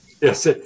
Yes